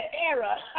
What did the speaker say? era